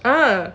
ugh